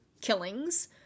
killings